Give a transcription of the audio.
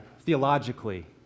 theologically